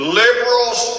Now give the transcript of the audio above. liberals